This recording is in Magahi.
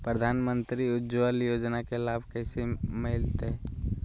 प्रधानमंत्री उज्वला योजना के लाभ कैसे मैलतैय?